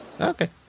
Okay